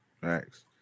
Thanks